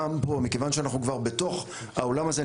גם פה: מכיוון שאנחנו כבר בתוך העולם הזה,